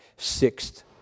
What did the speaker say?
sixth